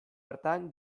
hartan